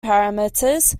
parameters